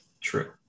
True